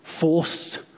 Forced